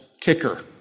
kicker